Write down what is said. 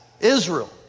Israel